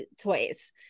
toys